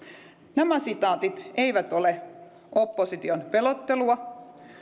nämä sitaatit eivät ole opposition pelottelua